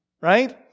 right